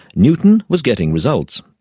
newton was getting results.